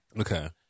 Okay